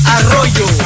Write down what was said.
Arroyo